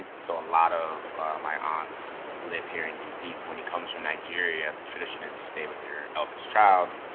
so a lot of my aunts live here in d c. when he comes from nigeria, nigeria, tradition is you stay with your eldest child,